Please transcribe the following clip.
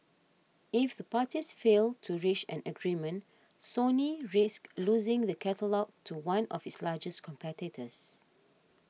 if the parties fail to reach an agreement Sony risks losing the catalogue to one of its largest competitors